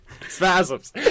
spasms